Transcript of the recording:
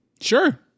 Sure